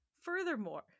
Furthermore